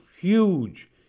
huge